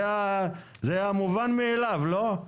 זה המובן מאליו, לא?